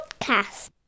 podcast